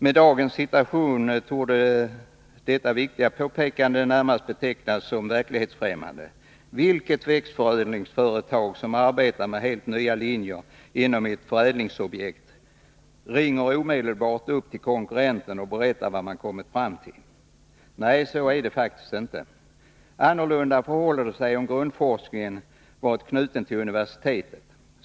Med dagens situation torde detta viktiga påpekande närmast betecknas som verklighetsfrämmande. Vilket växtförädlingsföretag som arbetar med helt nya linjer inom ett förädlingsobjekt ringer omedelbart till konkurrenten och berättar vad man kommit fram till? Nej, så är det faktiskt inte. Annorlunda skulle det förhålla sig om grundforskningen var knuten till universitetet.